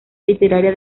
literaria